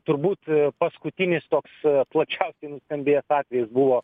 turbūt paskutinis toks plačiausiai nuskambėjęs atvejis buvo